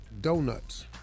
donuts